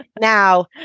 Now